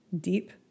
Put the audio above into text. deep